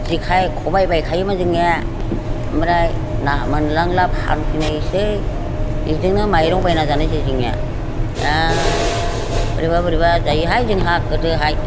जेखाइ खबाइ बायखायोमोन जोंने ओमफ्राय ना मोनलांला फानफैनायसै बिजोंनो माइरं बायनानै जानोसै जोंने दा बोरैबा बोरैबा जायोहाय जोंहा गोदोहाय